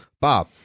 bob